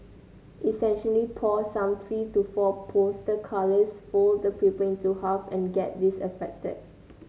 essentially pour some three to four poster colours fold the paper into half and get this effected